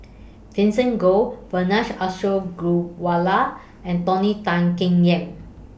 Vivien Goh Vijesh Ashok Ghariwala and Tony Tan Keng Yam